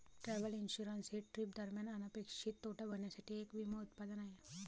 travel insurance हे trip दरम्यान अनपेक्षित तोटा भरण्यासाठी एक विमा उत्पादन आहे